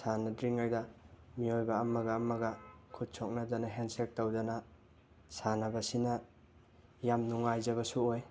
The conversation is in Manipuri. ꯁꯥꯟꯅꯗ꯭ꯔꯤꯉꯩꯗ ꯃꯤꯑꯣꯏꯕ ꯑꯃꯒ ꯑꯃꯒ ꯈꯨꯠ ꯁꯣꯛꯅꯗꯅ ꯍꯦꯟ ꯁꯦꯛ ꯇꯧꯗꯅ ꯁꯥꯟꯅꯕꯁꯤꯅ ꯌꯥꯝ ꯅꯨꯡꯉꯥꯏꯖꯕꯁꯨ ꯑꯣꯏ